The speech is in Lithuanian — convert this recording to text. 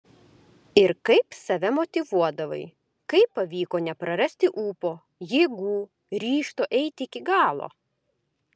ir kaip save motyvuodavai kaip pavyko neprarasti ūpo jėgų ryžto eiti iki galo